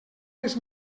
les